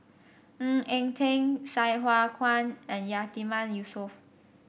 Ng Eng Teng Sai Hua Kuan and Yatiman Yusof